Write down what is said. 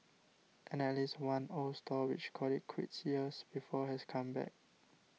and at least one old stall which called it quits years before has come back